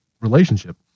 relationship